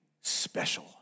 special